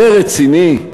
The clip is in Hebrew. זה רציני?